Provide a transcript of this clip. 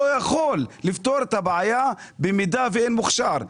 יכול לפתור את הבעיה במידה ואין מוכשר.